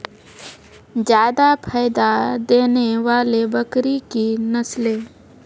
जादा फायदा देने वाले बकरी की नसले?